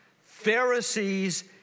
Pharisees